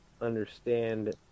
understand